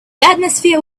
atmosphere